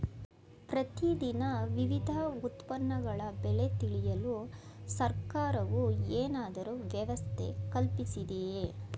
ಪ್ರತಿ ದಿನ ವಿವಿಧ ಉತ್ಪನ್ನಗಳ ಬೆಲೆ ತಿಳಿಯಲು ಸರ್ಕಾರವು ಏನಾದರೂ ವ್ಯವಸ್ಥೆ ಕಲ್ಪಿಸಿದೆಯೇ?